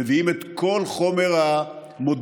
מביאים את כל חומר המודיעין